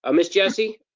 ah miss jessie?